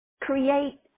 Create